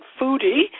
foodie